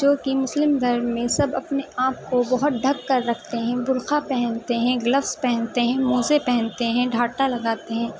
جو کہ مسلم دھرم میں سب اپنے آپ کو بہت ڈھک کر رکھتے ہیں برقعہ پہنتے ہیں گلپس پہنتے ہیں موزے پہنتے ہیں ڈھاٹا لگاتے ہیں